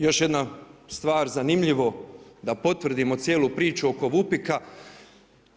Još jedna stvar, zanimljiva da potvrdimo cijelu priču oko VUPIK-a.